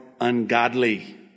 ungodly